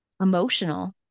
emotional